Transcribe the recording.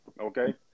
Okay